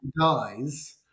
dies